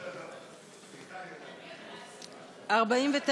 49,